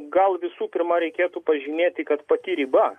gal visų pirma reikėtų pažymėti kad pati riba